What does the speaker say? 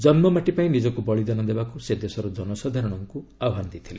ଜନ୍ତୁମାଟି ପାଇଁ ନିଜକ୍ତ ବଳିଦାନ ଦେବାକୁ ସେ ଦେଶର ଜନସାଧାରଣଙ୍କୁ ଆହ୍ନାନ ଦେଇଥିଲେ